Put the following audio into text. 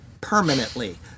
permanently